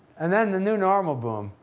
and then the new normal boom,